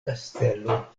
kastelo